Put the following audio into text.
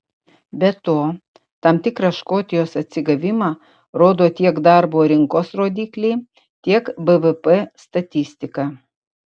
be to tam tikrą škotijos atsigavimą rodo tiek darbo rinkos rodikliai tiek bvp statistika